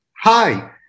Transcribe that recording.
Hi